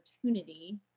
opportunity